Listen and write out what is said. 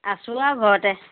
আছোঁ আৰু ঘৰতে